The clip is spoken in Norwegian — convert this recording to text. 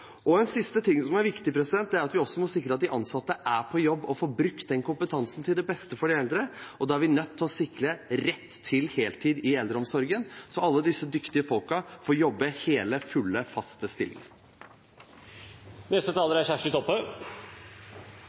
En siste ting som er viktig, er at vi også må sikre at de ansatte er på jobb og får brukt den kompetansen til beste for de eldre, og da er vi nødt til å sikre rett til heltid i eldreomsorgen, så alle disse dyktige folkene får jobbe hele, fulle og faste stillinger. Eg er